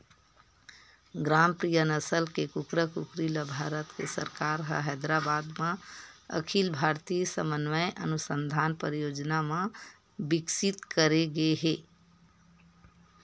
ग्रामप्रिया नसल के कुकरा कुकरी ल भारत सरकार ह हैदराबाद म अखिल भारतीय समन्वय अनुसंधान परियोजना म बिकसित करे गे हे